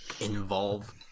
involve